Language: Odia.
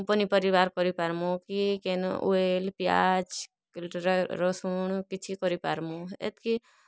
ପନିପରିବା ଆର୍ କରିପାର୍ମୁ କି କେନ ଉଇଲ୍ ପିଆଜ୍ ରସୁଣ୍ କିଛି କରିପାର୍ମୁ ଏତ୍କି